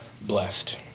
blessed